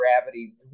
gravity